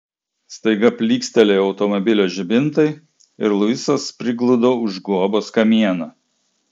staiga plykstelėjo automobilio žibintai ir luisas prigludo už guobos kamieno